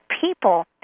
people